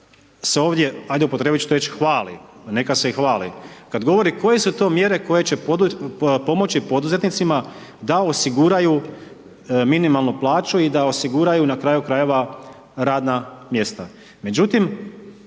se ovdje, ajde upotrijebiti ću tu riječ hvali, ma neka se i hvali kad govori koje su to mjere koje će pomoći poduzetnicima da osiguraju minimalnu plaću i da osiguraju na kraju krajeva radna mjesta.